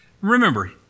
Remember